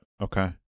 okay